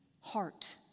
heart